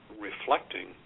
reflecting